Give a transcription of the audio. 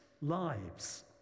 lives